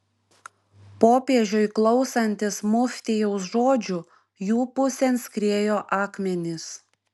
popiežiui klausantis muftijaus žodžių jų pusėn skriejo akmenys